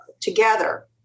together